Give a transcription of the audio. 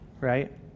right